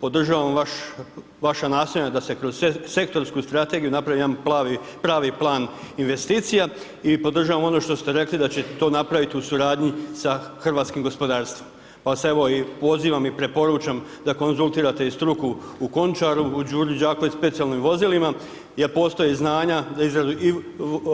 Podržavam vaša nastojanja da se kroz sektorsku strategiju napravi jedan pravi plan investicija i podržavam ono što ste rekli da će to napraviti u suradnji sa hrvatskim gospodarstvom pa evo i pozivam i preporučam da konzultirate i struku u Končaru, u Đuri Đakoviću specijalnim vozilima jer postoje znanja za izradu i